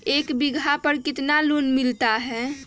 एक बीघा पर कितना लोन मिलता है?